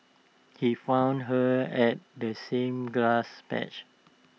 he found her at the same grass patch